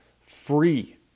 free